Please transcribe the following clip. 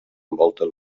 envolta